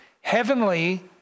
Heavenly